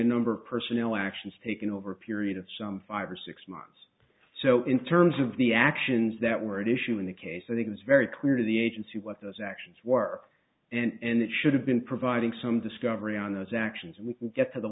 a number of personnel actions taken over a period of some five or six months so in terms of the actions that were at issue in the case that it was very clear to the agency what those actions were and it should have been providing some discovery on those actions and we can get to the